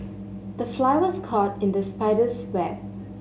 the fly was caught in the spider's web